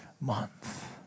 month